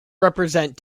represent